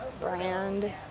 Brand